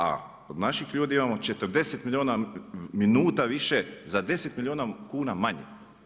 A od naših ljudi imamo 40 milijuna minuta više za 10 milijuna kuna manje.